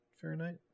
Fahrenheit